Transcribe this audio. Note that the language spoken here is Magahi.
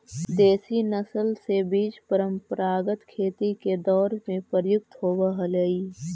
देशी नस्ल के बीज परम्परागत खेती के दौर में प्रयुक्त होवऽ हलई